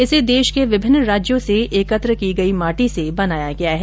इसे देश के विभिन्न राज्यों से एकत्र की गई माटी से बनाया गया है